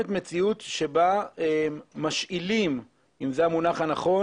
מציאות שבה משאילים אם זה המונח הנכון